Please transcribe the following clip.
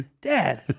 dad